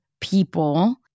people